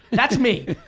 that's me.